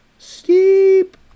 steep